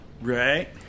Right